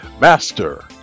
Master